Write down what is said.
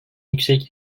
yüksek